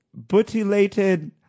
butylated